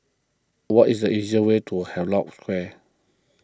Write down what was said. what is the easiest way to Havelock Square